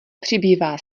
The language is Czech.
přibývá